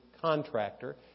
contractor